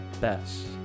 best